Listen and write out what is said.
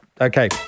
okay